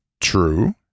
True